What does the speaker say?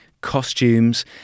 costumes